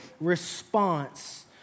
response